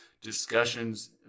discussions